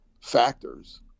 factors